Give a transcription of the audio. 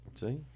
See